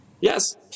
Yes